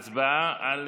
הצבעה,